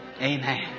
Amen